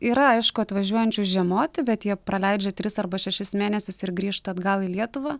yra aišku atvažiuojančių žiemoti bet jie praleidžia tris arba šešis mėnesius ir grįžta atgal į lietuvą